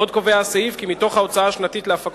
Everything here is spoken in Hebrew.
עוד נקבע בסעיף הזה כי מההוצאה השנתית על הפקות